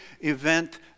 event